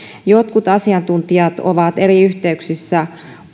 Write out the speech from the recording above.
jotkut asiantuntijat ovat eri yh teyksissä